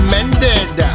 Mended